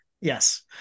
Yes